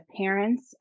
parents